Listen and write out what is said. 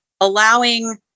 allowing